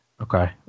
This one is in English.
okay